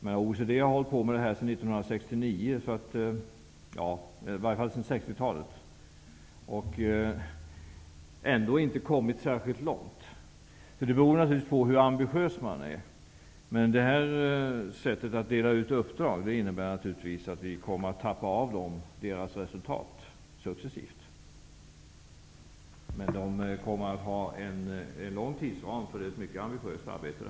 OECD har hållit på med detta sedan 60-talet och ändå inte kommit särskilt långt. Det beror naturligtvis på hur ambitiös man är. Men detta sätt att dela ut uppdrag innebär att vi successivt kommer att ''tappa av'' dem deras resultat. Men det kommer att vara en vid tidsram, eftersom det är ett mycket ambitiöst arbete.